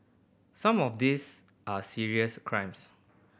some of these are serious crimes